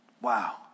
Wow